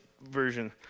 version